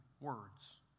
words